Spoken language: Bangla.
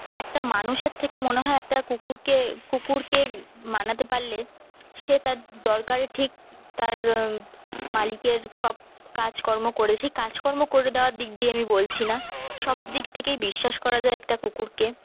একটা মানুষের থেকে মনে হয় একটা কুকুরকে কুকুরকে মানাতে পাল্লে সে তার দরকারে ঠিক তার মালিকের সব কাজকর্ম করে সে কাজকর্ম করে দেওয়ার দক দিয়ে আমি বলছি না সব দিক থেকেই বিশ্বাস করা যায় একটা কুকুরকে